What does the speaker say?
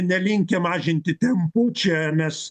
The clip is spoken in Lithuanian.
nelinkę mažinti tempų čia mes